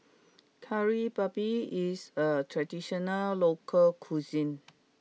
Kari Babi is a traditional local cuisine